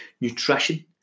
nutrition